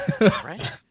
right